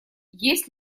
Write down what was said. есть